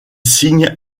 signe